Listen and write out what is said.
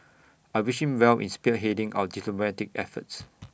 I wish him well in spearheading our diplomatic efforts